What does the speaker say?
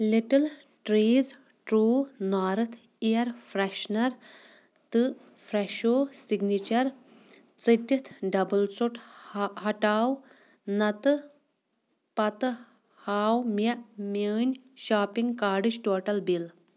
little trees true north air freshener تہٕ فرٛٮ۪شو signature ژٔٹِتھ ڈَبٕل ژوٚٹ ہَہ ہٹاو نتہٕ پَتہٕ ہاو مےٚ میٛٲنۍ شاپِنٛگ کاڈٕچ ٹوٹل بِل